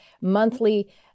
monthly